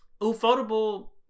Ufotable